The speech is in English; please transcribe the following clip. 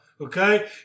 Okay